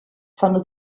fanno